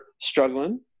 struggling